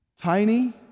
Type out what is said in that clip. Tiny